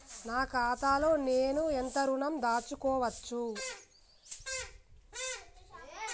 నా ఖాతాలో నేను ఎంత ఋణం దాచుకోవచ్చు?